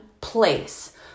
place